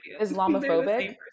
Islamophobic